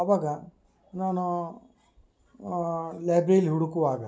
ಅವಾಗ ನಾನು ಲೈಬ್ರಿಯಲ್ಲಿ ಹುಡುಕುವಾಗ